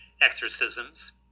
exorcisms